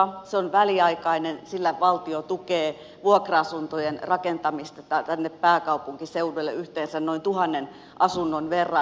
se on väliaikainen ja valtio tukee sillä vuokra asuntojen rakentamista tänne pääkaupunkiseudulle yhteensä noin tuhannen asunnon verran